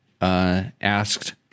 asked